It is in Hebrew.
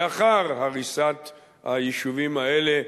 לאחר הריסת היישובים האלה,